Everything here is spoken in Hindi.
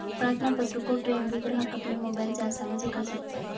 प्रार्थना पत्र को ट्रैक भी ग्राहक अपने मोबाइल से आसानी से कर सकता है